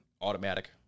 automatic